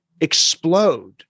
explode